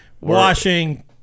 washing